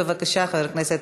בבקשה, חבר הכנסת